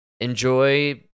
enjoy